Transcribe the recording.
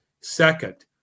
second